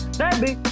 baby